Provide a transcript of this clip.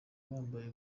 bambaye